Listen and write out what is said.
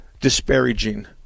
disparaging